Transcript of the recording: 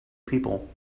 people